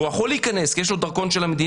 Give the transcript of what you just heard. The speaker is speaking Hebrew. והוא יכול להיכנס כי יש לו דרכון של המדינה,